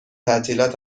تعطیلات